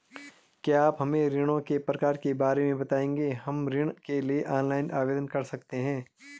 क्या आप हमें ऋणों के प्रकार के बारे में बताएँगे हम ऋण के लिए ऑनलाइन आवेदन कर सकते हैं?